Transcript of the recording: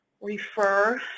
refer